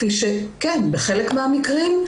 בחלק מהמקרים,